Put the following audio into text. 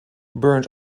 burnt